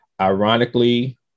Ironically